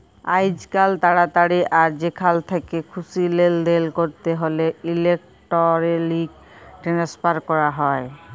আইজকাল তাড়াতাড়ি আর যেখাল থ্যাকে খুশি লেলদেল ক্যরতে হ্যলে ইলেকটরলিক টেনেসফার ক্যরা হয়